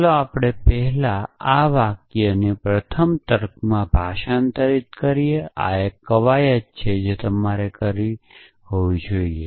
ચાલો પહેલા આ વાક્યોને પ્રથમ તર્કમાં ભાષાંતર કરીએ અને આ એક કવાયત છે જે તમે કરી હોવી જોઈએ